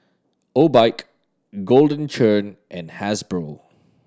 Obike Golden Churn and Hasbro